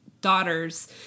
daughters